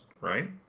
right